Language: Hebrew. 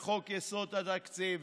וחוק-יסוד: התקציב,